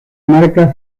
marca